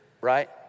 right